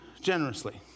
generously